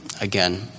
again